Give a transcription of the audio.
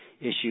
issue